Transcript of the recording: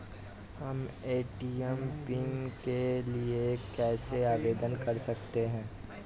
हम ATM PIN code के लिए कैसे आवेदन कर सकते हैं?